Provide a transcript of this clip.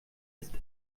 ist